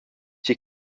tgi